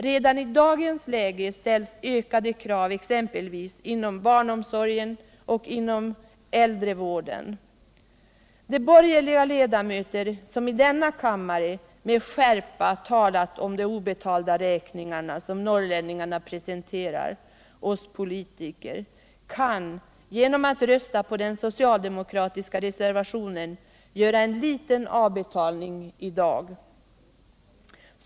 Redan i dagens läge ställs ökade krav exempelvis inom omsorgen om både barn och pensionärer. De borgerliga ledamöter, som i denna kammare med skärpa talat om de obetalda räkningar som norrlänningar presenterar oss politiker, kan genom att i dag rösta på den socialdemokratiska reservationen göra en liten avbetalning.